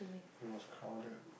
it was crowded